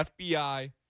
FBI